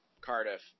Cardiff